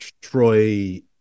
Troy